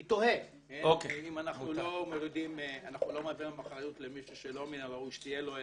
אני תוהה האם אנחנו לא מעבירים אחריות למישהו שלא מן הראוי שתהיה לו,